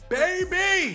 baby